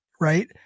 right